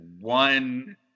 one